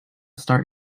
start